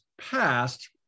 passed